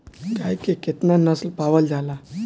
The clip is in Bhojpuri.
गाय के केतना नस्ल पावल जाला?